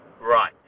Right